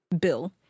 Bill